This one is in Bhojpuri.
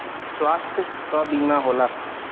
स्वास्थ्य क बीमा होला